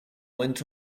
went